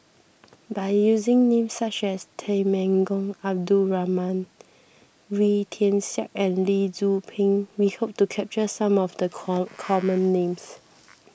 by using names such as Temenggong Abdul Rahman Wee Tian Siak and Lee Tzu Pheng we hope to capture some of the common names